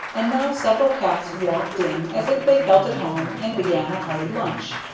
and now several cats walked in as if they felt at home, and began a hearty lunch.